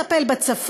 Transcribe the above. איך לטפל בצפון,